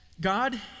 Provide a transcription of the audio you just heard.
God